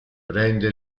prende